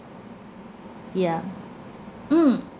yeah mm